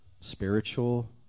spiritual